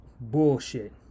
bullshit